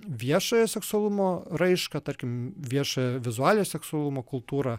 viešojo seksualumo raišką tarkim viešą vizualią seksualumo kultūrą